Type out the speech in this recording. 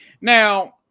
Now